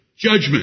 judgment